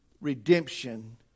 redemption